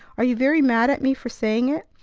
are you very mad at me for saying it?